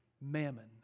mammon